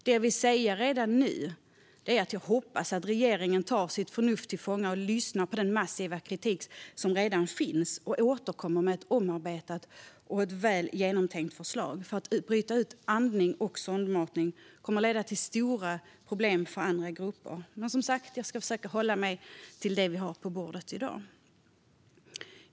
Det jag vill säga redan nu är att jag hoppas att regeringen tar sitt förnuft till fånga och lyssnar på den massiva kritik som redan finns och återkommer med ett omarbetat och väl genomtänkt förslag. Att bara bryta ut andning och sondmatning kommer att leda till stora problem för andra grupper. Men jag ska som sagt försöka hålla mig till det förslag vi har på bordet i dag.